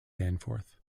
danforth